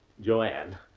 Joanne